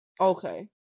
Okay